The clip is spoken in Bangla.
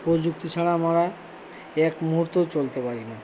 প্রযুক্তি ছাড়া আমরা এক মুহূর্তও চলতে পারি না